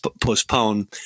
postpone